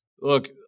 Look